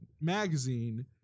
magazine